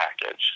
package